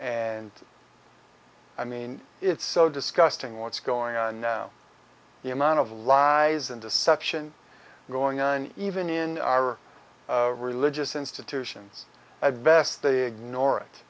and i mean it's so disgusting what's going on now the amount of lies and deception going on even in religious institutions i best they ignore it